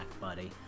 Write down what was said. buddy